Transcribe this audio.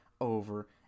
over